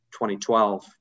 2012